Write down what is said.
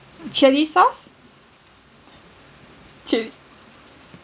chilli sauce chip